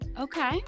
Okay